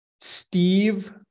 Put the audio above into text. Steve